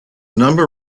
number